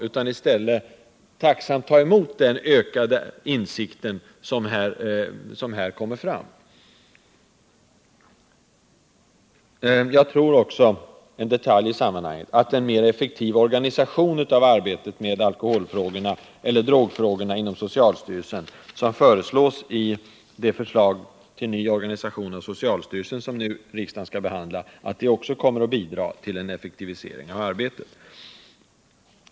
De bör i stället tacksamt ta emot den ökade insikt som kommer fram. Jag tror också, vilket är en detalj i sammanhanget, att en mer effektiv organisation i arbetet med drogfrågorna inom socialstyrelsen, som finns med i det förslag till ny organisation av socialstyrelsen som riksdagen nu skall behandla, också kommer att bidra till ett bättre arbete.